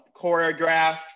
choreograph